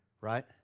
right